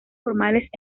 formales